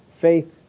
Faith